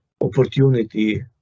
opportunity